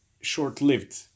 short-lived